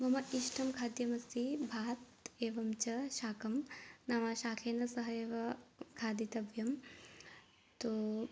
मम इष्टं खाद्यमस्ति भात् एवञ्च चाकं नाम चाखेन सह एव खादितव्यं तु